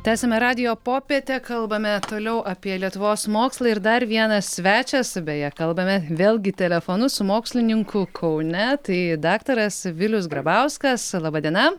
tęsiame radijo popietę kalbame toliau apie lietuvos mokslą ir dar vienas svečias beje kalbame vėlgi telefonu su mokslininku kaune tai daktaras vilius grabauskas laba diena